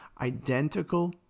identical